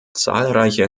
zahlreiche